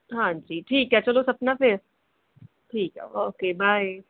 ਹਾਂਜੀ ਠੀਕ ਹੈ ਚਲੋ ਸਪਨਾ ਫਿਰ ਠੀਕ ਹੈ ਓਕੇ ਬਾਏ